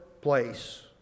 place